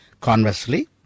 Conversely